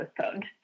postponed